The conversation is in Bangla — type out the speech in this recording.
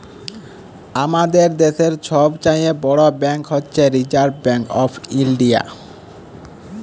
আমাদের দ্যাশের ছব চাঁয়ে বড় ব্যাংক হছে রিসার্ভ ব্যাংক অফ ইলডিয়া